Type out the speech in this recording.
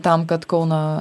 tam kad kauno